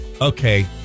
Okay